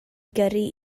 gyrru